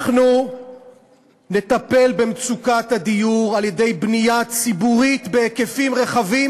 אנחנו נטפל במצוקת הדיור על-ידי בנייה ציבורית בהיקפים רחבים,